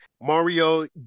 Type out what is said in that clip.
Mario